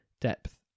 depth